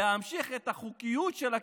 להמשיך את החוקיות של הכיבוש?